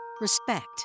respect